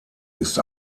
ist